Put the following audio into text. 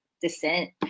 descent